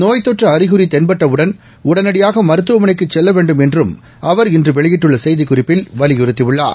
நோய்த் தொற்று அறிகுறி தென்பட்டவுடன் உடனடியாக மருத்துவமனைக்குச் செல்ல வேண்டும் என்றும் அவர் இன்று வெளியிட்டுள்ள செய்திக்குறிப்பில் வலியுறுத்தியுள்ளார்